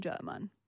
German